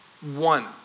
one